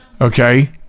Okay